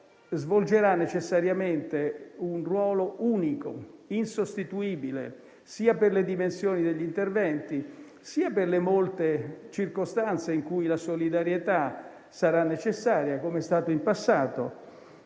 svolgerà necessariamente un ruolo unico e insostituibile, sia per le dimensioni degli interventi, sia per le molte circostanze in cui la solidarietà sarà necessaria, come è stato in passato.